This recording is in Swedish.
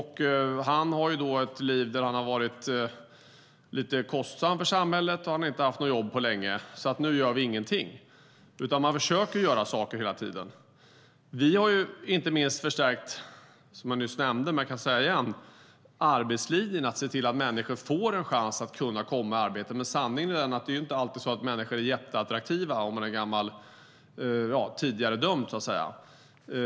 Han har ett liv där han har varit lite kostsam för samhället, han har inte haft något jobb på länge, så nu gör vi ingenting. I stället försöker man göra saker hela tiden. Vi har inte minst förstärkt, som jag nyss nämnde, arbetslinjen så att människor får en chans att komma i arbete. Sanningen är den att man inte är jätteattraktiv om man är tidigare dömd.